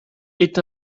est